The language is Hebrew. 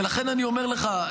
ולכן אני אומר לך,